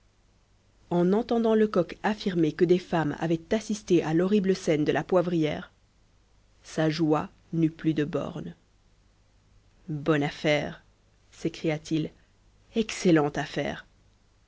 en entendant lecoq affirmer que des femmes avaient assisté à l'horrible scène de la poivrière sa joie n'eut plus de bornes bonne affaire s'écria-t-il excellente affaire